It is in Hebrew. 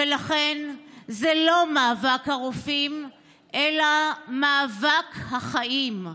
ולכן זה לא מאבק הרופאים אלא מאבק החיים.